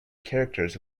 characters